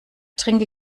trinke